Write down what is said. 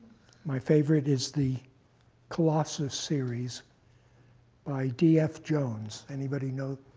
my favorite is the colossus series by df jones. anybody know